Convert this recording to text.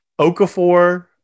Okafor